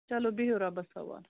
چلو بِہِو رۄبَس حوال